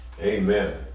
Amen